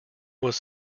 was